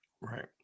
Right